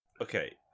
Okay